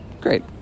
great